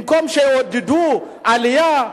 במקום שיעודדו עלייה,